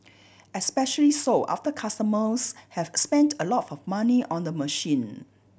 especially so after customers have spent a lot of money on the machine